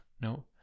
No